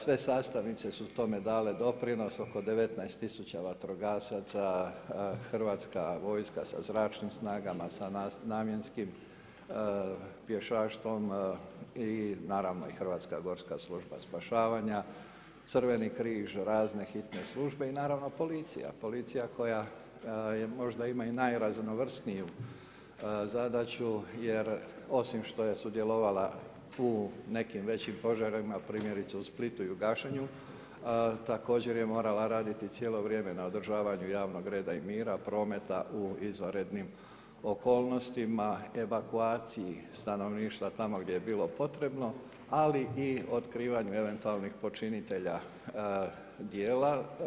Sve sastavnice su tome dale doprinos, oko 19 tisuća vatrogasaca, Hrvatska vojska sa zračnim snagama, sa namjenskim pješaštvom i naravno i Hrvatska gorska služba spašavanja, Crveni križ, razne hitne službe i naravno policija, policija koja možda ima i najraznovrsniju zadaću jer osim što je sudjelovala u nekim većim požarima primjerice u Splitu i u gašenju također je morala raditi cijelo vrijeme na održavanju javnog reda i mira, prometa u izvanrednim okolnostima, evakuaciji stanovništva tamo gdje je bilo potrebno ali i otkrivanju eventualnih počinitelja djela.